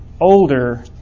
older